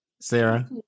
Sarah